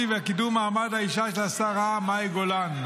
וקידום מעמד האישה של השרה מאי גולן,